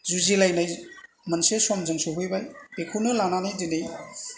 जुजिलायनाय मोनसे समजों सौहैबाय बेखौनो लानानै दिनै